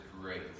great